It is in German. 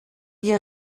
wir